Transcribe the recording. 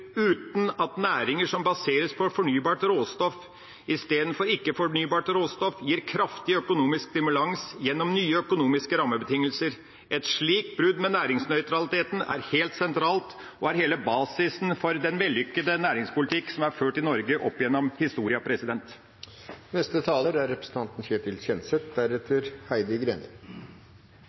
uten at næringer som baseres på fornybart råstoff istedenfor ikke-fornybart råstoff, gis kraftig økonomisk stimulans gjennom nye økonomiske rammebetingelser. Et slikt brudd med næringsnøytraliteten er helt sentralt og er hele basisen for den vellykkede næringspolitikken som er ført i Norge opp gjennom historia. Jeg synes det er